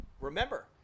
remember